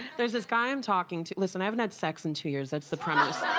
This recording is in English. there's this guy i'm talking to, listen, i haven't had sex in two years, that's the premise.